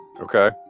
Okay